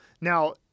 Now